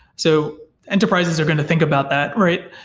so enterprises are going to think about that, right?